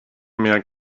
mehr